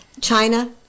China